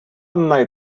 най